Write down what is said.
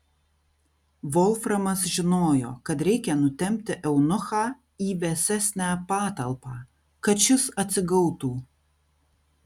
volframas žinojo kad reikia nutempti eunuchą į vėsesnę patalpą kad šis atsigautų